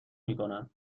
میکنند